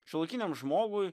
šiuolaikiniam žmogui